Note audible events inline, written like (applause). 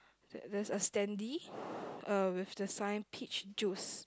there there's a standee (breath) uh with the sign peach juice